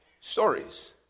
stories